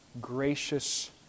gracious